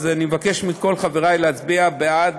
אז אני מבקש מכל חברי להצביע בעד